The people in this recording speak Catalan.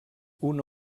una